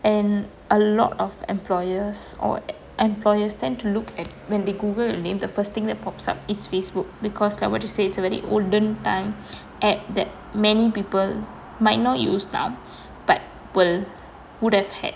and a lot of employers or employers tend to look at when the google name the first thing that pops up is facebook because like what you say it's a very olden time at that many people might not use now but will would have had